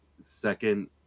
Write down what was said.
second